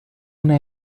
una